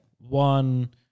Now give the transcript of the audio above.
One